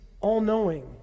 all-knowing